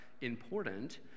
important